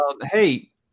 Hey